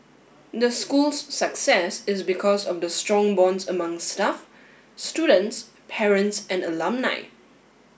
the school's success is because of the strong bonds among staff students parents and alumni